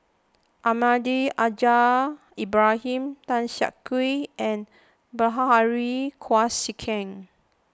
Almahdi Al Haj Ibrahim Tan Siak Kew and Bilahari Kausikan